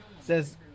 says